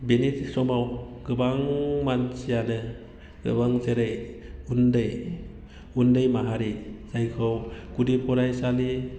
बेनि समाव गोबां मानसियानो गोबां जेरै उन्दै उन्दै माहारि जायखौ गुदि फरायसालि